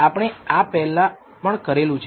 આપણે આ પહેલા પણ કરેલું છે